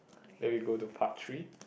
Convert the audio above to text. then we go to part three